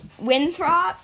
Winthrop